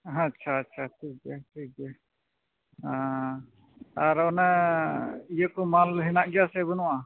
ᱦᱮᱸ ᱟᱪᱷᱟ ᱪᱷᱟ ᱴᱷᱤᱠ ᱜᱮᱭᱟ ᱴᱷᱤᱠ ᱜᱮᱭᱟ ᱟᱨ ᱚᱱᱮ ᱤᱭᱟᱹ ᱠᱚ ᱢᱟᱞ ᱦᱮᱱᱟᱜ ᱜᱮᱭᱟ ᱥᱮ ᱵᱟᱹᱱᱩᱜᱼᱟ